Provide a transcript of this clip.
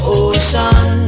ocean